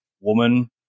woman